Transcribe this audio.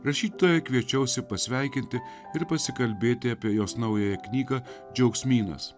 rašytoja kviečiausi pasveikinti ir pasikalbėti apie jos naująją knygą džiaugsmynas